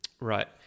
Right